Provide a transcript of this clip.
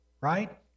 right